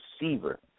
receiver